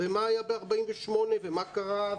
ומה היה ב-48', ומה קרה.